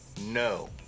No